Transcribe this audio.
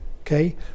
Okay